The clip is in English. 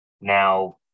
now